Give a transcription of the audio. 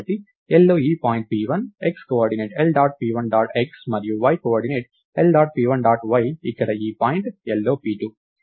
కాబట్టి L లో ఈ point p1 x coordinate L dot p1 dot x మరియు y coordinate L dot p1 dot y ఇక్కడ ఈ పాయింట్ L లో p2